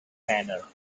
manor